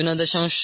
112 8